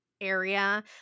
area